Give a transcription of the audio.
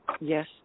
yes